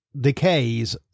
decays